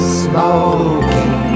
smoking